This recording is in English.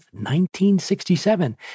1967